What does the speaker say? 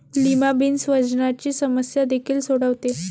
lima beans वजनाची समस्या देखील सोडवते